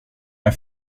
med